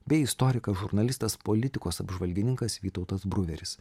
bei istorikas žurnalistas politikos apžvalgininkas vytautas bruveris